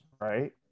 Right